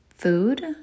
Food